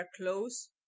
close